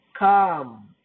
Come